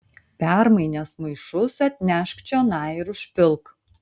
permainęs maišus atnešk čionai ir užpilk